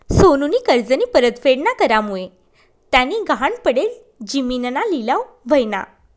सोनूनी कर्जनी परतफेड ना करामुये त्यानी गहाण पडेल जिमीनना लिलाव व्हयना